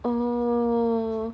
oh